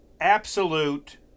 absolute